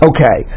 Okay